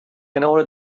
کنار